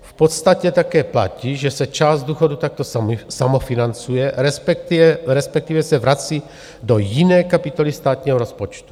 V podstatě také platí, že se část důchodu takto samofinancuje, respektive, respektive se vrací do jiné kapitoly státního rozpočtu.